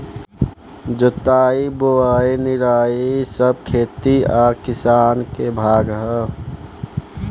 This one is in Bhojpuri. जोताई बोआई निराई सब खेती आ किसानी के भाग हा